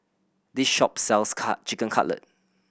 this shop sells Cut Chicken Cutlet